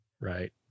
Right